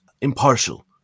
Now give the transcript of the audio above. impartial